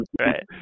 right